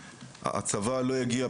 הצבא לא יגיע,